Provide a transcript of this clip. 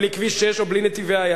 בלי כביש 6 או בלי נתיבי-איילון?